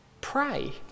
Pray